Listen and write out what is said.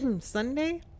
Sunday